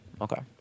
Okay